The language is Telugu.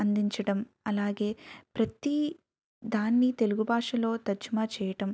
అందించడం అలాగే ప్రతీ దాన్ని తెలుగు భాషలో తర్జుమా చేయటం